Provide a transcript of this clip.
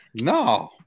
No